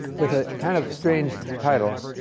with a kind of strange title.